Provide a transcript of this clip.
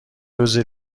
روز